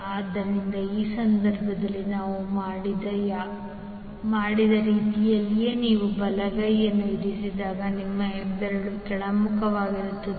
ಆದ್ದರಿಂದ ಈ ಸಂದರ್ಭದಲ್ಲಿ ನಾವು ಮಾಡಿದ ರೀತಿಯಲ್ಲಿಯೇ ನೀವು ಬಲಗೈಯನ್ನು ಇರಿಸಿದಾಗ ನಿಮ್ಮ ಹೆಬ್ಬೆರಳು ಕೆಳಮುಖವಾಗಿರುತ್ತದೆ